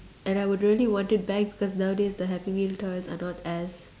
and I would really want it back cause nowadays the happy meal toys are not as